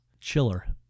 Chiller